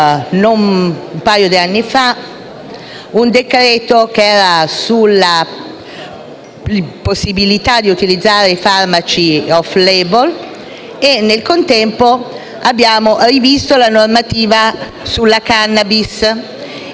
che prevedeva le possibilità di utilizzare i farmaci *off label*; nel contempo abbiamo rivisto la normativa sulla *cannabis* e abbiamo inserito